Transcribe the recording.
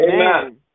Amen